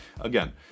again